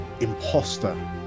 imposter